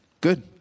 Good